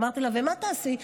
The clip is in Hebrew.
אמרתי לה: ומה תעשי?